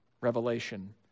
Revelation